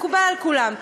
מקובל על כולם.